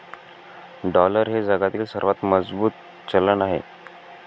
dollar हे जगातील सर्वात मजबूत चलन आहे